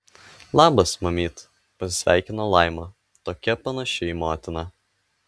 labas mamyt pasisveikino laima tokia panaši į motiną